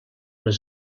les